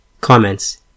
Comments